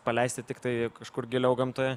paleisti tiktai kažkur giliau gamtoj